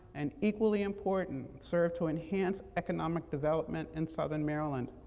and equally important, serve to enhance economic development in southern maryland.